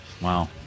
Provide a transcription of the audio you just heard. Wow